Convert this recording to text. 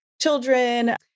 children